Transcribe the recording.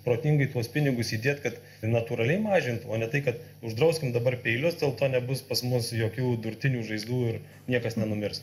protingai tuos pinigus įdėt kad natūraliai mažinti o ne tai kad uždrauskim dabar peilius dėl to nebus pas mus jokių durtinių žaizdų ir niekas nenumirs